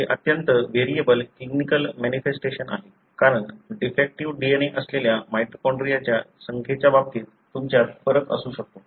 हे अत्यंत variable clinical manifestations आहेत कारण डिफेक्टीव्ह DNA असलेल्या माइटोकॉन्ड्रियाच्या संख्येच्या बाबतीत तुमच्यात फरक असू शकतो